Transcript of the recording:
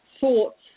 thoughts